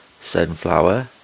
Sunflower